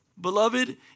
Beloved